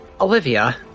Olivia